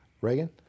Reagan